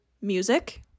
music